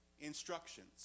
instructions